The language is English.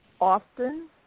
often